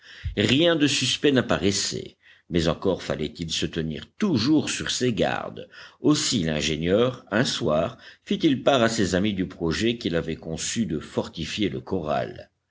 rien de suspect n'apparaissait mais encore fallait-il se tenir toujours sur ses gardes aussi l'ingénieur un soir fit-il part à ses amis du projet qu'il avait conçu de fortifier le corral